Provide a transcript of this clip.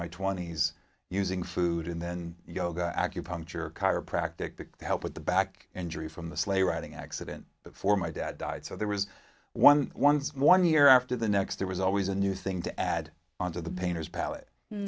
my twenty's using food and then yoga acupuncture chiropractic to help with the back injury from the sleigh riding accident before my dad died so there was one once one year after the next there was always a new thing to add on to the painter's palate